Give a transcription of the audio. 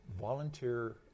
volunteer